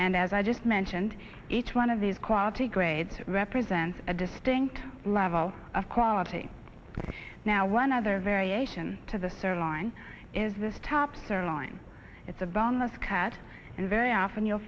and as i just mentioned each one of these quality grades represents a distinct level of quality now one other variation to the sir line is this tops or line it's a bonus cut and very often you'll